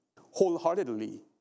wholeheartedly